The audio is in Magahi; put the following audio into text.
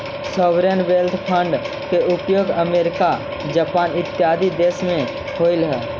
सॉवरेन वेल्थ फंड के उपयोग अमेरिका जापान इत्यादि देश में होवऽ हई